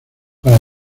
para